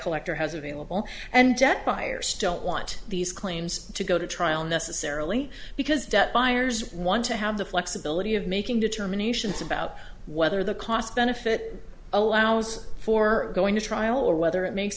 collector has available and yet buyers don't want these claims to go to trial necessarily because buyers want to have the flexibility of making determinations about whether the cost benefit allows for going to trial or whether it makes